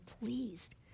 pleased